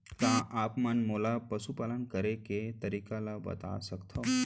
का आप मन मोला पशुपालन करे के तरीका ल बता सकथव?